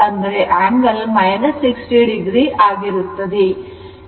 ಆದ್ದರಿಂದ ಕೋನವು 60 o ಆಗಿರುತ್ತದೆ